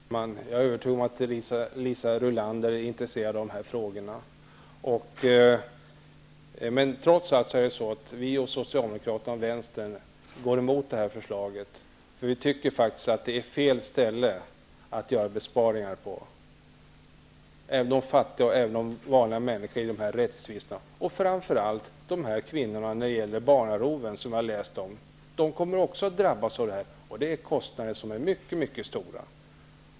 Herr talman! Jag är övertygad om att Liisa Rulander är intresserad av dessa frågor. Men trots allt går vi, Socialdemokraterna och Vänsterpartiet emot detta förslag, eftersom vi anser att det är fel ställe att göra besparingar på. Även fattiga och vanliga männniskor i dessa rättstvister, och framför allt de kvinnor som har fått sina barn bortrövade, kommer att drabbas av detta. Det innebär kostnader som är mycket stora.